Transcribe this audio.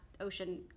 ocean